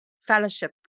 fellowship